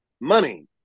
money